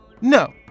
No